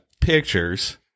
pictures